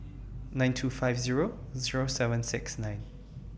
nine two five Zero Zero seven six nine